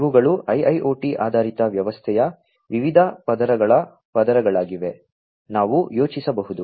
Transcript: ಇವುಗಳು IIoT ಆಧಾರಿತ ವ್ಯವಸ್ಥೆಯ ವಿವಿಧ ಪದರಗಳ ಪದರಗಳಾಗಿವೆ ನಾವು ಯೋಚಿಸಬಹುದು